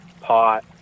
pot